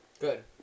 Good